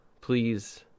please